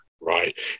Right